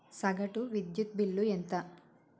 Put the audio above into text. సగటు విద్యుత్ బిల్లు ఎంత?